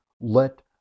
let